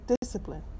discipline